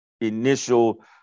initial